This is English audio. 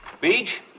Beach